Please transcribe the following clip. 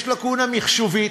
יש לקונה מחשובית,